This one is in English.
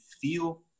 feel